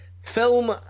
film